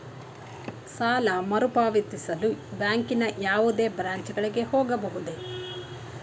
ಸಾಲ ಮರುಪಾವತಿಸಲು ಬ್ಯಾಂಕಿನ ಯಾವುದೇ ಬ್ರಾಂಚ್ ಗಳಿಗೆ ಹೋಗಬಹುದೇ?